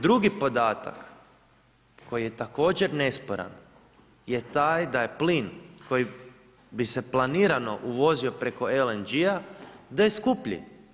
Drugi podatak koji je također nesporan je taj da je plin kojim bi se planirano uvozio preko LNG-a da je skuplji.